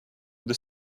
that